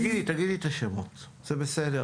תגידי את השמות, זה בסדר.